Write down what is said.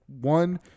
one